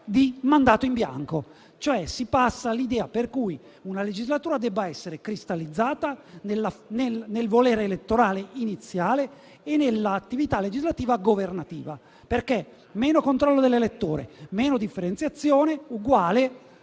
di mandato in bianco». Passa, cioè, l'idea per cui una legislatura debba essere cristallizzata nel volere elettorale iniziale e nell'attività legislativa governativa. Infatti, meno controllo dell'elettore e meno differenziazione